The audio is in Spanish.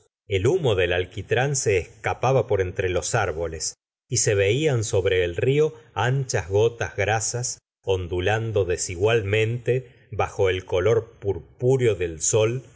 el humo del alquitran se escapaba por entre los árboles y se veian sobre el rio anchas gotas grasas onduland desigualmente bajo el color purpúreo del sol